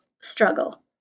struggle